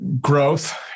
growth